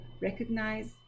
recognize